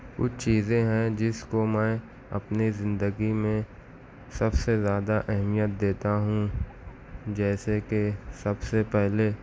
کچھ چیزیں ہیں جس کو میں اپنے زندگی میں سب سے زیادہ اہمیت دیتا ہوں جیسے کہ سب سے پہلے